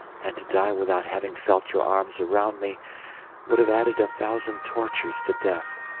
and to die without having felt your arms around me would have added a thousand tortures to death.